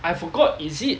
I forgot is it